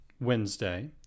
Wednesday